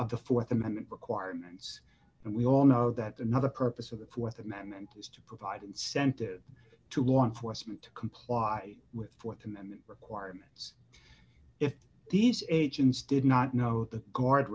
of the th amendment requirements and we all know that another purpose of the th amendment is to provide incentive to law enforcement to comply with th amendment requirements if these agents did not know the guard